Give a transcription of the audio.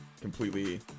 Completely